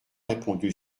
répondu